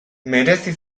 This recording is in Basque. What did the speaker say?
merezi